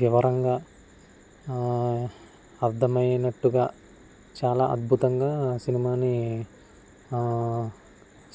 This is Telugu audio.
వివరంగా అర్థమైనట్టుగా చాలా అద్భుతంగా సినిమాని